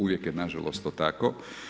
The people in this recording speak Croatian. Uvijek je nažalost to tako.